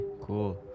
Cool